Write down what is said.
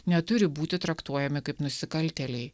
neturi būti traktuojami kaip nusikaltėliai